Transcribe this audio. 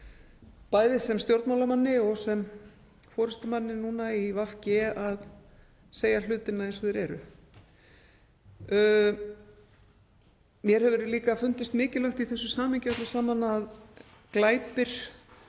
bæði sem stjórnmálamanni og sem forystumanni núna í VG, að segja hlutina eins og þeir eru. Mér hefur líka fundist mikilvægt í þessu samhengi öllu saman að glæpir